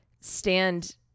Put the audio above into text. stand